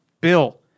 Bill